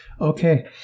Okay